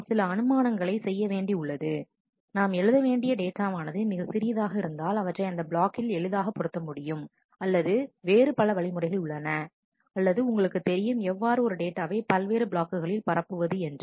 நாம் சில அனுமானங்களை செய்ய வேண்டி உள்ளது நாம் எழுத வேண்டிய டேட்டா வானது மிக சிறியதாக இருந்தால் அவற்றை அந்த பிளாக்கில் எளிதாக பொருத்த முடியும் அல்லது வேறு பல வழிமுறைகள் உள்ளன அல்லது உங்களுக்கு தெரியும் எவ்வாறு ஒரு டேட்டாவை பல்வேறு பிளாக்குகளில் பரப்புவது என்று